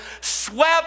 swept